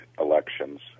elections